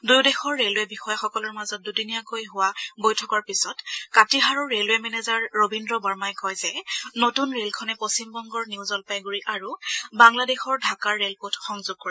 দুয়ো দেশৰ ৰে'লৱে বিষয়াসকলৰ মাজত দুদিনীয়াকৈ হোৱা বৈঠকৰ পিছত কাটিহাৰৰ ৰেলৱে মেনেজাৰ ৰবীদ্ৰ বাৰ্মাই কয় যে নতুন ৰে'লখনে পশ্চিমবংগৰ নিউ জলপাইগুৰি আৰু বাংলাদেশৰ ঢকাৰ ৰে'লপথ সংযোগ কৰিব